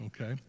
okay